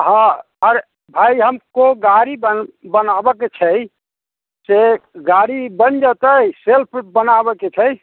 हँ अरे भाइ हमको गाड़ी बन बनाबऽ के छै से गाड़ी बनि जेतै सेल्फ बनाबऽके छै